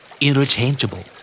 Interchangeable